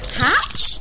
hatch